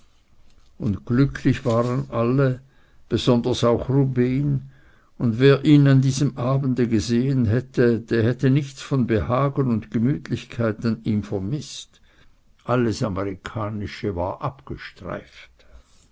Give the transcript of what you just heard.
und glücklich waren alle besonders auch rubehn und wer ihn an diesem abende gesehen hätte der hätte nichts von behagen und gemütlichkeit an ihm vermißt alles amerikanische war abgestreift